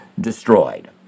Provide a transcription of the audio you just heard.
destroyed